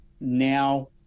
now